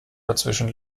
dazwischen